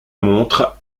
montre